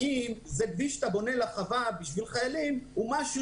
האם כביש שאתה בונה בשביל חיילים הוא משהו